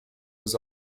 was